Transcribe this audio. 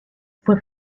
fue